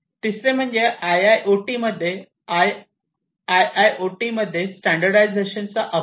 तिसरे म्हणजे आयओटी मध्ये आयआयओटी मध्ये स्टँडर्डायझेशनचा अभाव